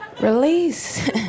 Release